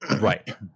right